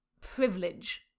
privilege